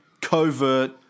covert